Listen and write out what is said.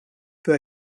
peut